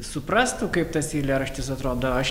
suprastų kaip tas eilėraštis atrodo aš